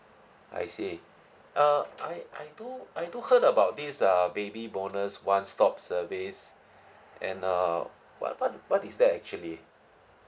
I see uh I I do I do heard about this uh baby bonus one stop service and err what what what is that actually